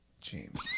James